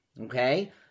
Okay